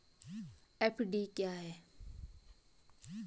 FD क्या है?